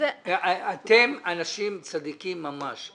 אתם אנשים צדיקים ממש.